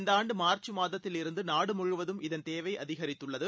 இந்த ஆண்டு மார்ச் மாதத்தில் இருந்து நாடு முழுவதும் இதன் தேவை அதிகரித்துள்ளது